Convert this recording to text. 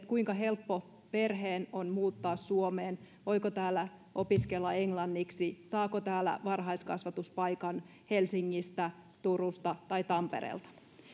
kuinka helppo perheen on muuttaa suomeen voiko täällä opiskella englanniksi saako täällä varhaiskasvatuspaikan helsingistä turusta tai tampereelta